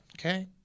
Okay